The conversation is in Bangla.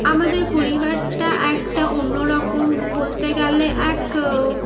আমাদের পরিবারটা একটা অন্যরকম বলতে গেলে এক